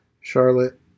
Charlotte